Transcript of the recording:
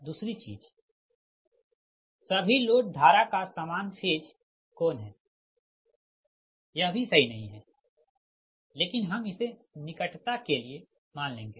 दूसरी चीज सभी लोड धारा का सामान फेज कोण हैयह भी सही नही है लेकिन हम इसे निकटता के लिए मान लेंगे